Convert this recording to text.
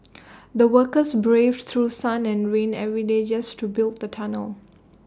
the workers braved through sun and rain every day just to build the tunnel